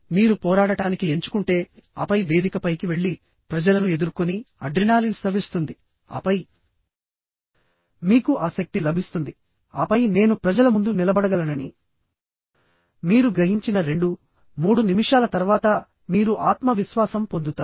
మీరు పోరాడటానికి ఎంచుకుంటే ఆపై వేదికపైకి వెళ్లి ప్రజలను ఎదుర్కొని అడ్రినాలిన్ స్రవిస్తుంది ఆపై మీకు ఆ శక్తి లభిస్తుంది ఆపై నేను ప్రజల ముందు నిలబడగలనని మీరు గ్రహించిన 23 నిమిషాల తర్వాత మీరు ఆత్మవిశ్వాసం పొందుతారు